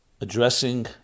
addressing